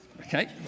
Okay